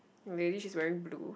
lady she's wearing blue